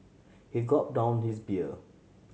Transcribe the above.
he gulp down his beer